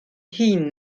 hŷn